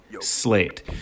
slate